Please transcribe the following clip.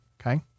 Okay